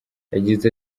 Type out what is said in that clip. yagize